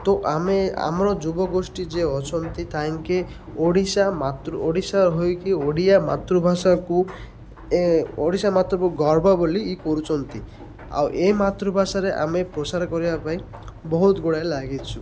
ତ ଆମେ ଆମର ଯୁବଗୋଷ୍ଠୀ ଯିଏ ଅଛନ୍ତି ତାଙ୍କେ ଓଡ଼ିଶା ମାତୃ ଓଡ଼ିଶା ହୋଇକି ଓଡ଼ିଆ ମାତୃଭାଷାକୁ ଓଡ଼ିଶା ମାତୃକୁ ଗର୍ବ ବୋଲି କରୁଛନ୍ତି ଆଉ ଏଇ ମାତୃଭାଷାରେ ଆମେ ପ୍ରସାର କରିବା ପାଇଁ ବହୁତ ଗୁଡ଼ାଏ ଲାଗିଛୁ